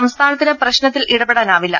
സംസ്ഥാനത്തിന് പ്രശ്നത്തിൽ ഇടപെടാ നാവില്ല